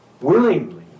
willingly